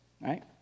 right